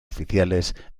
oficiales